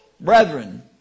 Brethren